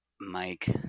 Mike